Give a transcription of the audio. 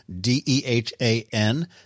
D-E-H-A-N